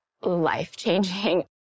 life-changing